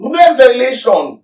revelation